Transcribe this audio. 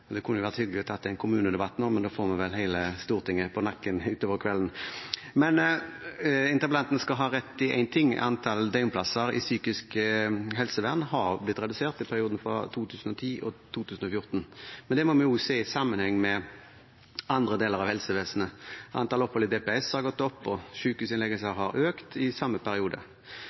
Det kunne jo vært hyggelig å ta den kommunedebatten nå, men da får vi vel hele Stortinget på nakken utover kvelden. Interpellanten skal ha rett i én ting: Antallet døgnplasser i psykisk helsevern har blitt redusert i perioden 2010–2014, men det må vi se i sammenheng med andre deler av helsevesenet. Antallet opphold på DPS-er, distriktspsykiatriske senter, har gått opp og antallet sykehusinnleggelser har økt i samme periode.